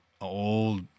old